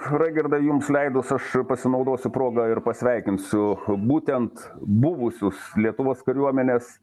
raigirdai jums leidus aš pasinaudosiu proga ir pasveikinsiu būtent buvusius lietuvos kariuomenės